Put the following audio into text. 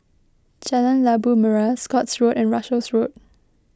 Jalan Labu Merah Scotts Road and Russels Road